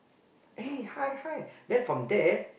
eh hi hi then from there